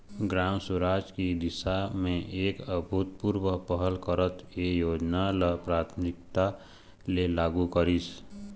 ग्राम सुराज की दिशा म एक अभूतपूर्व पहल करत ए योजना ल प्राथमिकता ले लागू करिस